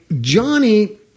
Johnny